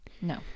No